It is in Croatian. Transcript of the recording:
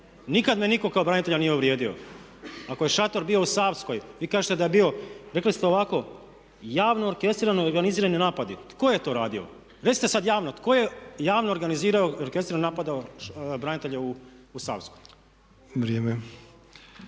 Nikad me nitko kao branitelja nije uvrijedio. Ako je šator bio u Savskoj, vi kažete da je bio. Rekli ste ovako javno orkestrirani i organizirani napadi. Tko je to radio? Recite sad javno tko je javno organizirao i orkestrirano napadao branitelje u Savskoj.